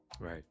right